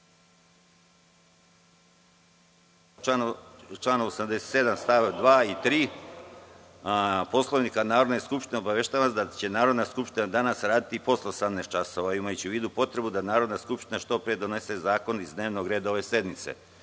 članu 87. st. 2. i 3. Poslovnika Narodne skupštine, obaveštavam vas da će Narodna skupština danas raditi i posle 18.00 časova, imajući u vidu potrebu da Narodna skupština što pre donese zakone iz dnevnog reda ove